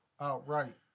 outright